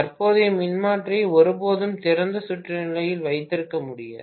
தற்போதைய மின்மாற்றியை ஒருபோதும் திறந்த சுற்று நிலையில் வைத்திருக்க முடியாது